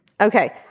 Okay